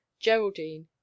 Geraldine